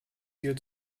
hier